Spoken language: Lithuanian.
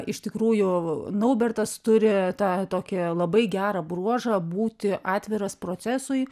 iš tikrųjų naubertas turi tą tokią labai gerą bruožą būti atviras procesui